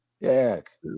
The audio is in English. Yes